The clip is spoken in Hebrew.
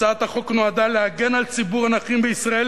הצעת החוק נועדה להגן על ציבור הנכים בישראל